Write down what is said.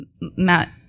Matt